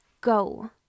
go